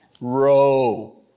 Row